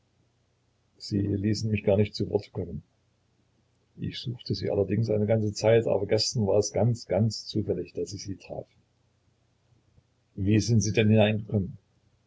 sie ließen mich gar nicht zu worte kommen ich suchte sie allerdings eine ganze zeit aber gestern war es ganz ganz zufällig daß ich sie traf wie sind sie denn hineingekommen